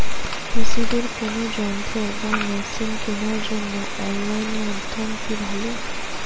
কৃষিদের কোন যন্ত্র বা মেশিন কেনার জন্য অনলাইন মাধ্যম কি ভালো?